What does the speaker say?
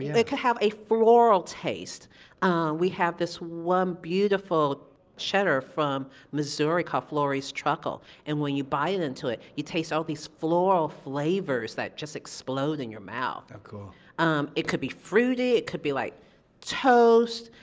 it could have a floral taste we have this one beautiful cheddar from missouri called flory's truckle, and when you bite into it, you taste all of these floral flavors that just explode in your mouth um it could be fruity. it could be like toast.